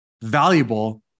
Valuable